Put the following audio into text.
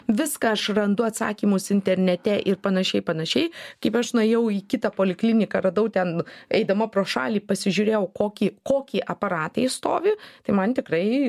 viską aš randu atsakymus internete ir panašiai panašiai kaip aš nuėjau į kitą polikliniką radau ten eidama pro šalį pasižiūrėjau koki koki aparatai stovi tai man tikrai